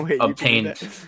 obtained